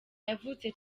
yavutse